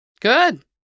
Good